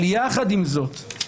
עם זאת,